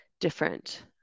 different